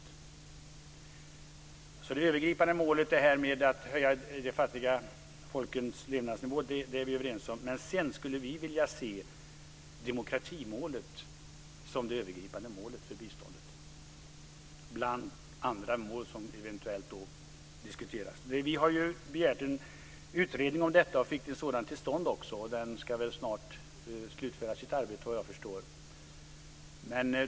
Vi är överens om det övergripande målet att höja de fattiga folkens levnadsnivå. Men sedan vill vi se demokratimålet som det övergripande målet för biståndet - bland andra mål som eventuellt diskuteras. Vi har begärt en utredning om detta, och vi har fått en sådan till stånd. Den ska snart slutföra sitt arbete.